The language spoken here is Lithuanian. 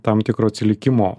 tam tikro atsilikimo